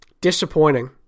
Disappointing